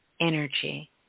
energy